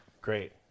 Great